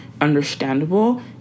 understandable